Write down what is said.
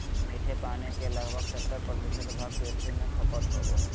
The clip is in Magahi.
मीठे पानी के लगभग सत्तर प्रतिशत भाग कृषि में खपत होबो हइ